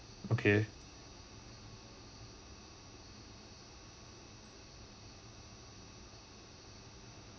okay